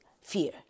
Fear